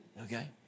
okay